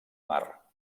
mar